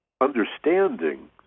understanding